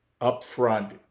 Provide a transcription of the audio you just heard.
upfront